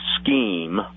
scheme